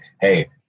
hey